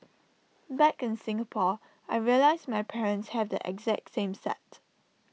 back in Singapore I realised my parents have the exact same set